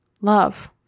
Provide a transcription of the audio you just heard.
love